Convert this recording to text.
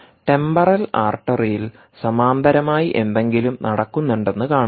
temporal ആർട്ടറിയിൽ സമാന്തരമായി എന്തെങ്കിലും നടക്കുന്നുണ്ടെന്ന് കാണുക